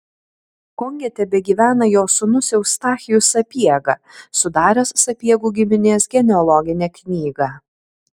konge tebegyvena jo sūnus eustachijus sapiega sudaręs sapiegų giminės genealoginę knygą